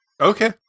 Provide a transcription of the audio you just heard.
Okay